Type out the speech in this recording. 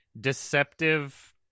Deceptive